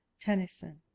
Tennyson